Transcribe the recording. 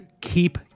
keep